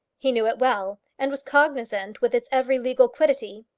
he knew it well, and was cognizant with its every legal quiddity.